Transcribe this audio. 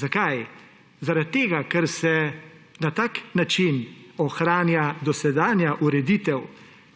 Zakaj? Zaradi tega, ker se na tak način ohranja dosedanja ureditev,